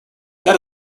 that